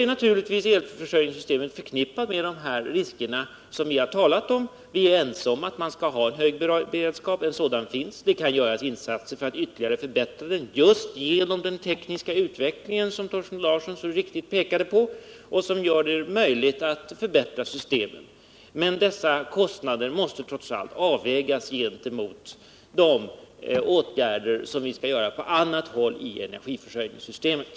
Elförsörjningssystemet blir då naturligtvis förknippat med de risker som vi har talat om. Viär ense om att vi skall ha en hög beredskap — och det finns en sådan. Men det kan göras insatser för att ytterligare höja den, just genom den tekniska utveckling —-som Thorsten Larsson så riktigt pekade på —-som gör det möjligt att förbättra systemen. Men dessa kostnader måste trots allt avvägas mot de åtgärder som vi skall vidta på andra håll inom energiförsörjningssystemet.